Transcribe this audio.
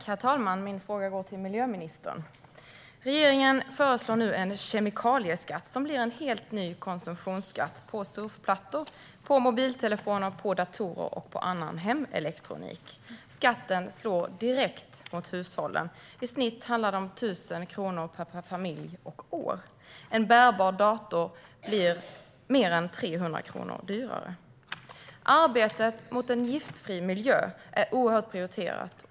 Herr talman! Min fråga går till miljöministern. Regeringen föreslår nu en kemikalieskatt, som blir en helt ny konsumtionsskatt på surfplattor, mobiltelefoner, datorer och annan hemelektronik. Skatten slår direkt mot hushållen. I snitt handlar det om 1 000 kronor per familj och år. En bärbar dator blir mer än 300 kronor dyrare. Arbetet för en giftfri miljö är oerhört prioriterat.